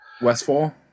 westfall